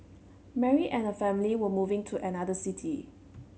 Mary and her family were moving to another city